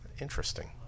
Interesting